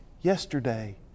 yesterday